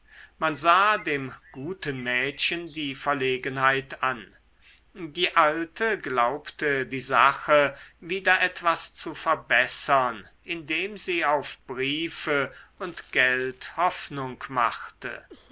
man sah dem guten mädchen die verlegenheit an die alte glaubte die sache wieder etwas zu verbessern indem sie auf briefe und geld hoffnung machte